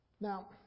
Now